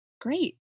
great